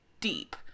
deep